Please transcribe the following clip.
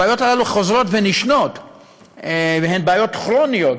הבעיות האלה חוזרות ונשנות, והן בעיות כרוניות,